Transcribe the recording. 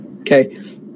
Okay